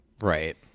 right